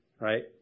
right